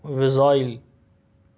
visual